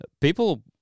people